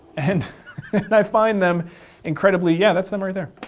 and and i find them incredibly. yeah, that's them right there.